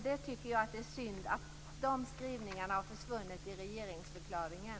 Jag tycker att det är synd att de skrivningarna har försvunnit ur regeringsförklaringen.